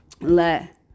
Let